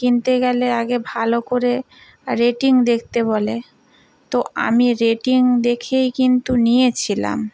কিনতে গেলে আগে ভালো করে রেটিং দেখতে বলে তো আমি রেটিং দেখেই কিন্তু নিয়েছিলাম